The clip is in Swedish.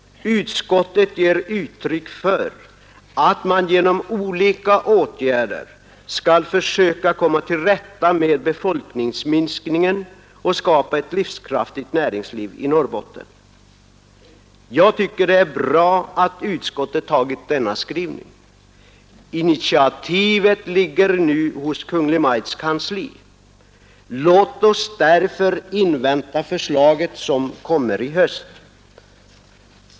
Utskottet ger uttryck för tanken att man genom olika åtgärder skall försöka komma till rätta med befolkningsminskningen och skapa ett livskraftigt näringsliv i Norrbotten. Jag tycker det är bra att utskottet tagit denna skrivning. Initiativet ligger nu hos Kungl. Maj:ts kansli. Låt oss därför invänta förslaget, som kommer i höst.